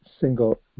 single